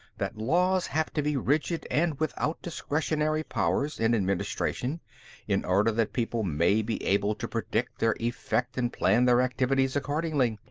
that laws have to be rigid and without discretionary powers in administration in order that people may be able to predict their effect and plan their activities accordingly.